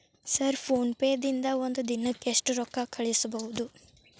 Sir PhonePe ದಿಂದ ಒಂದು ದಿನಕ್ಕೆ ಎಷ್ಟು ರೊಕ್ಕಾ ಕಳಿಸಬಹುದು?